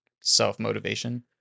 self-motivation